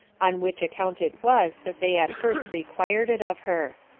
on which account it was that they at first required it of her.